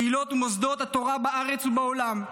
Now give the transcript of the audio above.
קהילות ומוסדות התורה בארץ ובעולם.